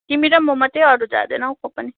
तिमी र म मात्रै हो अरू जाँदैन हौ कोही पनि